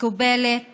מקובלת